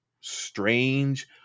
strange